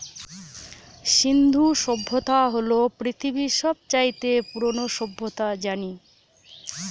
সিন্ধু সভ্যতা হল পৃথিবীর সব চাইতে পুরোনো সভ্যতা জানি